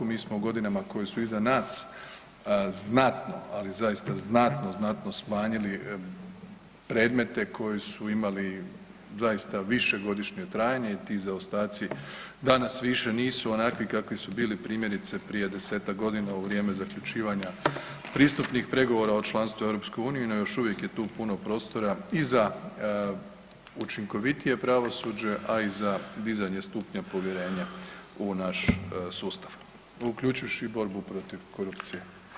Mi smo u godinama koje su iza nas znatno, ali zaista znatno, znatno smanjili predmete koji su imali zaista višegodišnje trajanje i ti zaostaci danas više nisu onakvi kakvi su bili primjerice, prije 10-tak godina u vrijeme zaključivanja pristupnih pregovora o članstvu u EU, no još uvijek je tu puno prostora i za učinkovitije pravosuđe, a i za dizanje stupnja povjerenja u naš sustav, uključivši i borbu protiv korupcije.